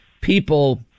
people